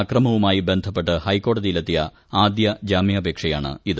ആക്രമണവുമായി ബന്ധപ്പെട്ടു ശബരിമല ഹൈക്കോടതിയിലെത്തിയ ആദ്യ ജാമ്യാപേക്ഷയാണ് ഇത്